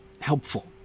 helpful